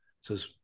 says